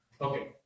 Okay